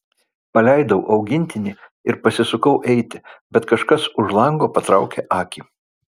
paleidau augintinį ir pasisukau eiti bet kažkas už lango patraukė akį